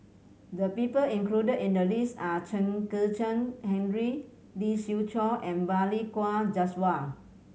the people included in the list are Chen Kezhan Henri Lee Siew Choh and Balli Kaur Jaswal